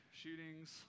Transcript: shootings